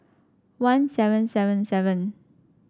one seven seven seven